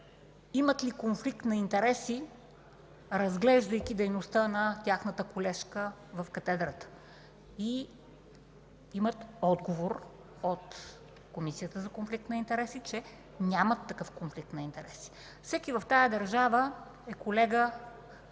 имат ли конфликт на интереси, разглеждайки дейността на тяхната колежка в катедрата. И имат отговор от Комисията за конфликт на интереси, че нямат такъв конфликт на интереси. Всеки в тази държава е колега,